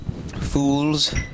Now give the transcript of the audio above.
Fools